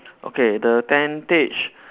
okay the tentage